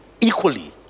equally